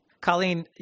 Colleen